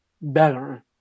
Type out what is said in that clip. better